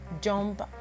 jump